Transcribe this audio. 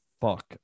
fuck